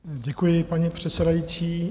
Děkuji, paní předsedající.